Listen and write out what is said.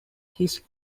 his